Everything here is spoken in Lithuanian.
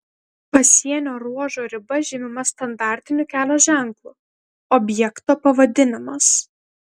pasienio ruožo riba žymima standartiniu kelio ženklu objekto pavadinimas